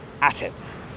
assets